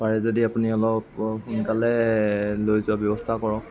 পাৰে যদি আপুনি অলপ সোনকালে লৈ যোৱাৰ ব্যৱস্থা কৰক